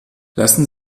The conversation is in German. lassen